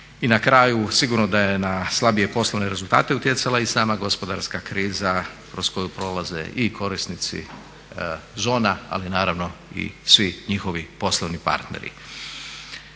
I na kraju sigurno da je na slabije poslovne rezultate utjecala i sama gospodarska kriza kroz koju prolaze i korisnici zona ali naravno i svi njihovi poslovni partneri.